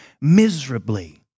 miserably